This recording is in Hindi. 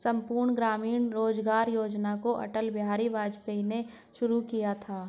संपूर्ण ग्रामीण रोजगार योजना को अटल बिहारी वाजपेयी ने शुरू किया था